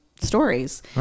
stories